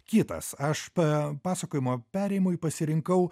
kitas aš pa pasakojimo perėjimui pasirinkau